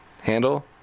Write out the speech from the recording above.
handle